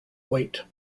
weight